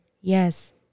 Yes